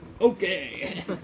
Okay